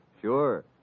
Sure